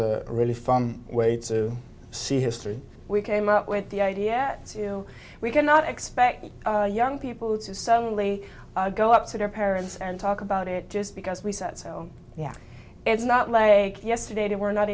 a really fun way to see history we came up with the idea to we cannot expect young people to suddenly go up to their parents and talk about it just because we said so yeah it's not like yesterday they were not